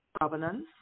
governance